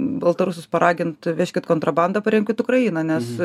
baltarusius paragint vežkit kontrabandą paremkit ukrainą nes